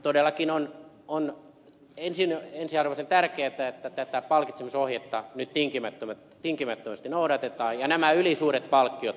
todellakin on ensiarvoisen tärkeätä että tätä palkitsemisohjetta nyt tinkimättömästi noudatetaan ja nämä ylisuuret palkkiot leikataan